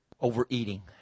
Overeating